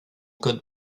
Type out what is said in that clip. code